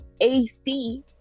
AC